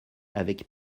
avec